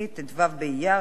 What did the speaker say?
3 נמנעים,